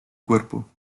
cuerpo